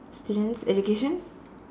student's education